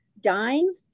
dying